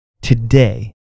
today